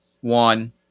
one